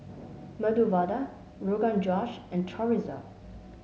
Medu Vada Rogan Josh and Chorizo